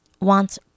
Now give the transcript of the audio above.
wants